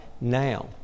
now